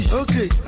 okay